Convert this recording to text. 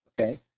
okay